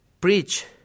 preach